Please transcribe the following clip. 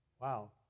Wow